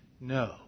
No